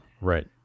Right